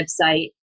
website